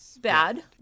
bad